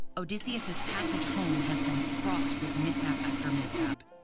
odysseus's passage home has been fraught with mishap after mishap.